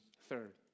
Third